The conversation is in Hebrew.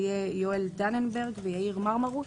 יהיה יואל דננברג ויאיר מרמרוש.